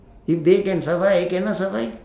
if they can survive I cannot survive